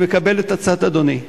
אני מקבל את הצעת אדוני.